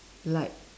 like